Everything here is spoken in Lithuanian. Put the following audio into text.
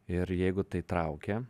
ir jeigu tai traukia